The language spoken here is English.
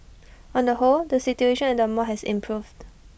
on the whole the situation at the mall has improved